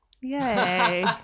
Yay